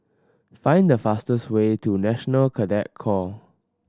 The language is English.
find the fastest way to National Cadet Corps